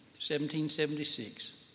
1776